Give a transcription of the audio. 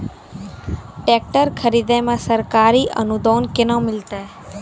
Tractor खरीदै मे सरकारी अनुदान केना मिलतै?